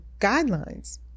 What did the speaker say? guidelines